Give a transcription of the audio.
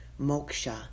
moksha